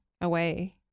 away